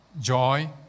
joy